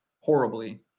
horribly